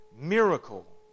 miracle